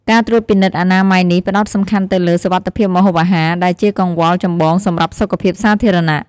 ការត្រួតពិនិត្យអនាម័យនេះ ផ្តោតសំខាន់ទៅលើ សុវត្ថិភាពម្ហូបអាហារ ដែលជាកង្វល់ចម្បងសម្រាប់សុខភាពសាធារណៈ។